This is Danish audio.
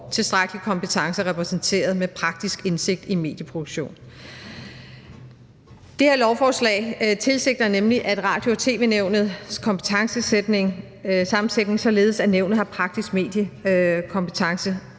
tilstrækkelige kompetencer repræsenteret med praktisk indsigt i medieproduktion. Det her lovforslag tilsigter nemlig, at Radio- og tv-nævnets kompetencer sammensættes således, at nævnet har praktiske mediekompetencer